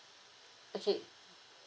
okay